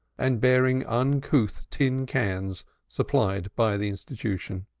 and bearing uncouth tin cans supplied by the institution.